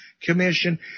Commission